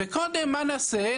וקודם מה נעשה?